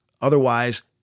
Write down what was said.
otherwise